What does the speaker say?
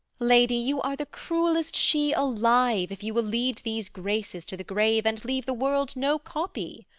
lady, you are the cruell'st she alive if you will lead these graces to the grave, and leave the world no copy.